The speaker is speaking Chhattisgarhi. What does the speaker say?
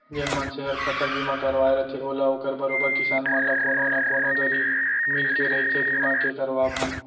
जेन मनसे हर फसल बीमा करवाय रथे ओला ओकर बरोबर किसान मन ल कोनो न कोनो दरी मिलके रहिथे बीमा के करवाब म